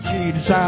Jesus